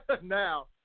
now